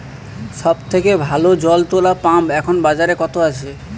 সব থেকে ভালো জল তোলা পাম্প এখন বাজারে কত আছে?